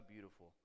beautiful